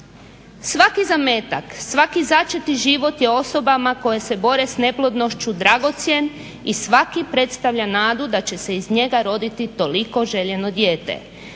Svaki zametak, svaki začeti život je osobama koje se bore s neplodnošću dragocjen i svaki predstavlja nadu da će se iz njega roditi toliko željeno dijete.